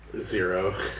Zero